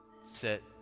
sit